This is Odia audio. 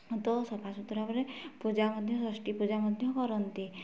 ତ ସଫା ସୁତୁରା ହେଲାପରେ ପୂଜା ମଧ୍ୟ ଷଷ୍ଠୀ ପୂଜା କରନ୍ତି